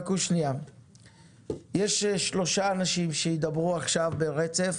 יש שלושה אנשים שידברו עכשיו ברצף,